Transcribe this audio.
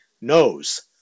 knows